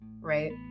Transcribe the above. right